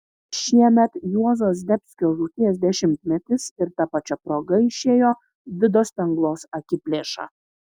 šiemet juozo zdebskio žūties dešimtmetis ir ta pačia proga išėjo vido spenglos akiplėša